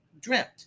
dreamt